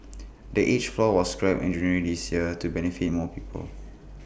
the age floor was scrapped in January this year to benefit more people